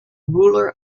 ruler